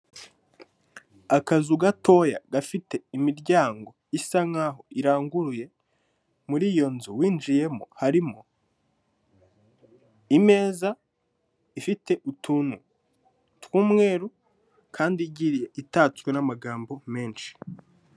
Akazu gatoya gafite imiryango isa nkaho iranguruye muri iyo nzu winjiyemo harimo imeza ifite utuntu tw'umweru kandi igiye itatswe n'amagambo menshi.